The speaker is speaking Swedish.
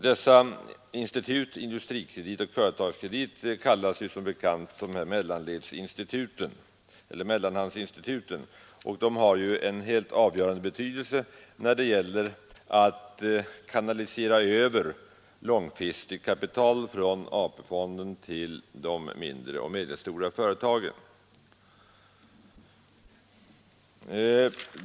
Dessa institut — Industrikredit och Företagskredit kallas som bekant mellanhandsinstitut — har en helt avgörande betydelse när det gäller att kanalisera långtidskapital från AP-fonden till de mindre och medelstora företagen.